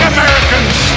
Americans